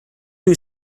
who